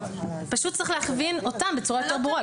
פשוט צריך להכווין אותם בצורה יותר ברורה.